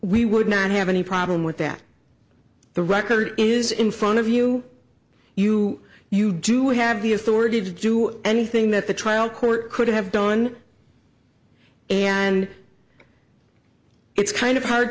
we would not have any problem with that the record is in front of you you you do have the authority to do anything that the trial court could have done and it's kind of hard